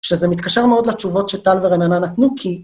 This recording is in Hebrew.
שזה מתקשר מאוד לתשובות שטל ורננה נתנו, כי...